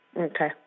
Okay